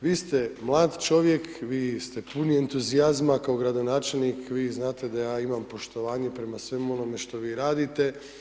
Vi ste mlad čovjek, vi ste puni entuzijazma, kao gradonačelnik, vi znate da ja imam poštovanje prema svemu ovome što vi radite.